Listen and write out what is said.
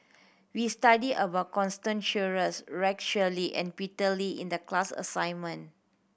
we studied about Constance Sheares Rex Shelley and Peter Lee in the class assignment